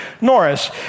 Norris